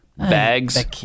Bags